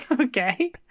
okay